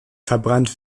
verbrannt